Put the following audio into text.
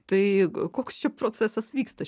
tai koks čia procesas vyksta